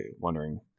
wondering